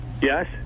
Yes